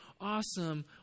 awesome